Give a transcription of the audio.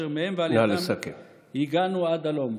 אשר מהם ועל ידם הגענו עד הלום".